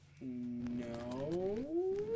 No